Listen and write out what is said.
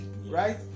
Right